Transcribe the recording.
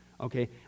okay